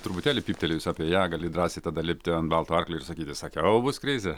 truputėlį pyptelėjus apie ją gali drąsiai tada lipti ant balto arklio ir sakyti sakiau bus krizė